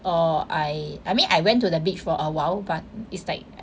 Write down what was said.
err I I mean I went to the beach for awhile but it's like